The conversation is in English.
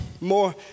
more